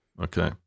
Okay